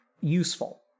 useful